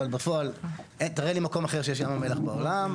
אבל בפועל תראה לי מקום אחר שיש ים המלח בעולם.